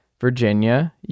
Virginia